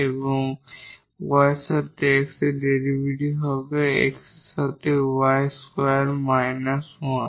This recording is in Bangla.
এবং y এর সাথে x এর ডেরিভেটিভ হবে x এর সাথে y স্কোয়ার মাইনাস 1